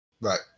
Right